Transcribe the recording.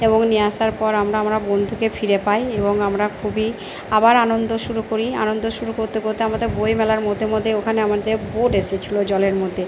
এবং নিয়ে আসার পর আমরা আমরা বন্ধুকে ফিরে পাই এবং আমরা খুবই আবার আনন্দ শুরু করি আনন্দ শুরু করতে করতে আমাদের বই মেলার মধ্যে মধ্যে ওখানে আমাদের বোট এসেছিলো জলের মধ্যে